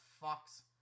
Fox